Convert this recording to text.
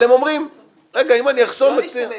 לא להשתמש,